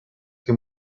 che